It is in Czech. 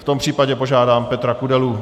V tom případě požádám Petra Kudelu.